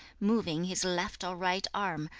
moving his left or right arm,